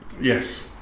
Yes